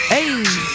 Hey